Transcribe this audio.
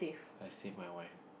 I save my wife